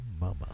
Mama